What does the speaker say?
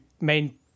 main